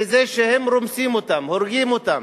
וזה שהם רומסים אותם, הורגים אותם,